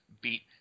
Beat